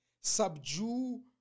subdue